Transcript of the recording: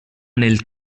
nel